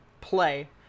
play